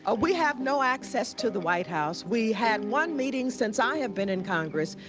ah we have no access to the white house. we had one meeting since i have been in congress,